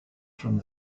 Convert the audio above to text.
from